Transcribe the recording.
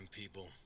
people